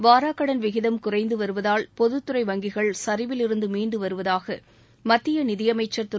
வாராக்கடன் விகிதம் குறைந்து வருவதால் பொதுத்துறை வங்கிகள் சரிவிலிருந்து மீண்டு வருவதாக மத்திய நிதியமைச்சர் திரு